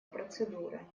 процедуры